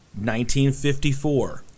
1954